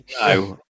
No